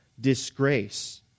disgrace